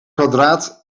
kwadraat